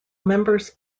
members